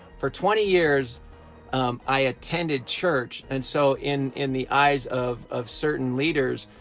for twenty years um i attended church and so in in the eyes of of certain leaders,